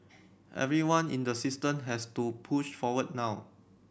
everyone in the system has to push forward now